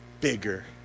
bigger